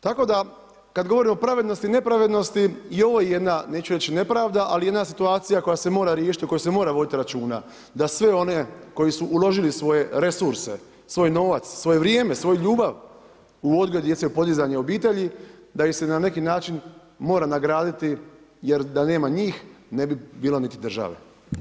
Tako da kad govorimo o pravednosti, nepravednosti i ovo je jedna, neću reći nepravda, ali jedna situacija koja se mora riješiti, o kojoj se mora voditi računa da sve one koji su uložili svoje resurse, svoj novac, svoje vrijeme, svoju ljubav u odgoj djece, u podizanje obitelji, da ih se na neki način mora nagraditi jer da nema njih ne bi bilo niti države.